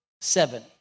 seven